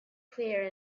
clear